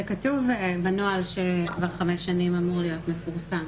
זה כתוב בנוהל שכבר חמש שנים אמור להיות מפורסם.